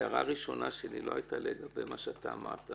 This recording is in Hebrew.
ההערה הראשונה שלי לא הייתה לגבי מה שאתה אמרת,